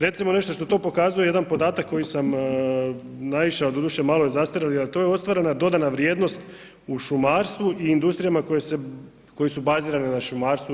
Recimo nešto što, to pokazuje jedan podatak koji sam naišao doduše malo je zastario jer to je ostvarena dodana vrijednost u šumarstvu i industrijama koje su bazirane na šumarstvu EU.